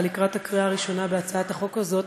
לקראת הקריאה הראשונה של הצעת החוק הזאת,